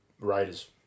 Raiders